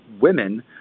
women